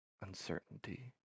Uncertainty